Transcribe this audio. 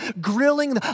grilling